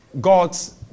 God's